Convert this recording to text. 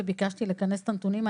וביקשתי לכנס את הנתונים.